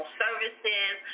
services